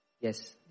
Yes